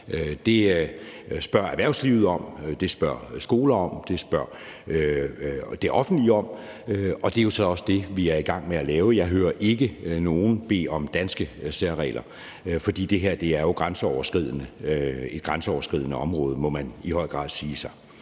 Det spørger erhvervslivet om, det efterspørger skoler, det efterspørger det offentlige, og det er jo så også det, vi er i gang med at lave. Jeg hører ikke nogen bede om danske særregler, for det her er jo et grænseoverskridende område, må man i høj grad sige.